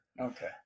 Okay